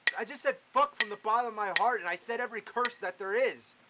i just said fuck from the bottom of my heart and i said every curse that there is.